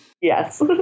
yes